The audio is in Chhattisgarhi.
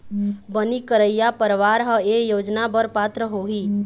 बनी करइया परवार ह ए योजना बर पात्र होही